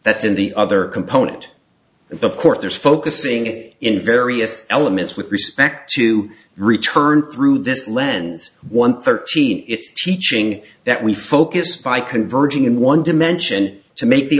that's in the other component of course there's focusing in various elements with respect to return through this lens one thirteen it's teaching that we focus by converging in one dimension to make the